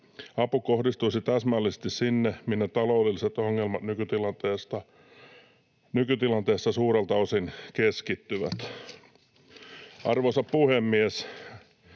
Apu kohdistuisi täsmällisesti sinne, minne taloudelliset ongelmat nykytilanteessa suurelta osin keskittyvät. Arvoisa puhemies!